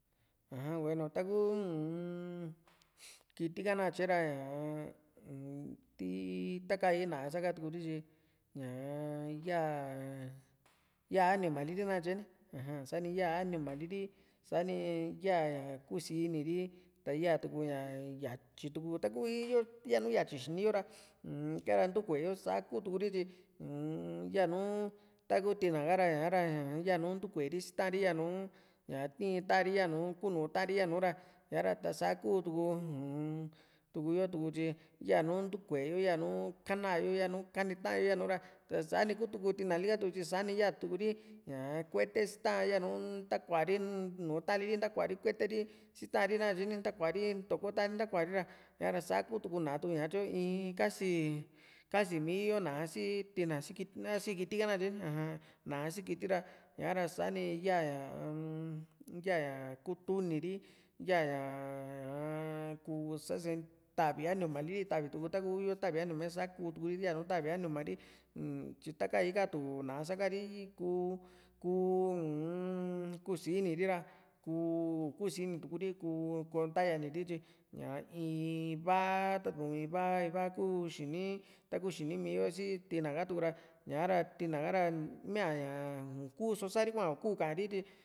aja bueno taku uun kiti ka nakatryee ra ñaa ntii taka ná´a skaturi tyi ñaa iyaa ña íyaa anima liri nakatye niaja sani íya animali ri sa´ni yaa ña kusini ri ta yatuku´a yatyi tá kuu íi´yo yanu yatyi xini yo ra un´kara ntuu kueyo sa kutuku ri tyi uun yanu taku tina ha ra ña´ra yanu ntuku´e ri si ta´an ri yanu tii ta´an ri yanu kunu ta´an ri yanu ra ña´ra ta sa kuu tu´hu um tuku yo tyi yanu ntukue yo yanu kaana yo kanita´yo ra ta´sa ni kutuku tinali ka tyi sani yaatuu ri ñaa kuete si ta´an yanu ntakuari n nùù ta´an liri ntakuari kueteri si ta´an ri nakatye ni ntakuari toko taari ntakuari ra ña´ra sakutu ná´a tyu in kasi mii yo ná´a si tina si kiti ka nakatye ni aja ná´a si kiti ra ña´ra sani yaa ñaa-m yaa ña kutuni ri yaa ñaa ñá kuu sa´se ta´vi animali ri ta´vi tuku takuu yo ta´vi animae sakuturi yanu ta´vi anima ri ntyi taka ii taka tu ná´a saka ri ku ku uun kusiniri ra ku i´kusinitu ri kuu ko ntayaniri tyi ña iin vaa tatu´n ivaa iva kuu xini ri taku xini yo si tina katuura ña´ra tina ka´ra míaa ña i´kuso sa´ri hua i´kuu kari tyi